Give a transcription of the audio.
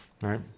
Right